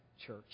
church